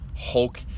Hulk